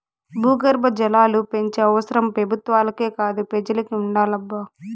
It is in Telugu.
భూగర్భ జలాలు పెంచే అవసరం పెబుత్వాలకే కాదు పెజలకి ఉండాలబ్బా